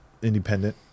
Independent